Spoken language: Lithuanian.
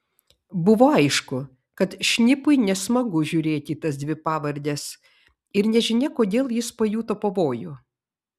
buvo aišku kad šnipui nesmagu žiūrėti į tas dvi pavardes ir nežinia kodėl jis pajuto pavojų